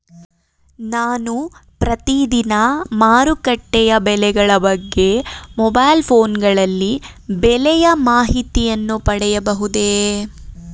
ನಾನು ಪ್ರತಿದಿನ ಮಾರುಕಟ್ಟೆಯ ಬೆಲೆಗಳ ಬಗ್ಗೆ ಮೊಬೈಲ್ ಫೋನ್ ಗಳಲ್ಲಿ ಬೆಲೆಯ ಮಾಹಿತಿಯನ್ನು ಪಡೆಯಬಹುದೇ?